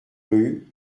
rue